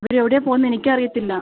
ഇവർ എവിടെയാണ് പോവുന്നത് എനിക്ക് അറിയില്ല